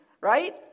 right